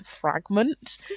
fragment